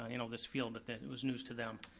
ah you know this field, it was news to them.